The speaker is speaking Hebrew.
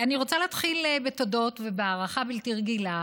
אני רוצה להתחיל בתודות ובהערכה בלתי רגילה